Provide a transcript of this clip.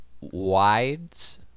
Wides